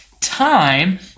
time